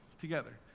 together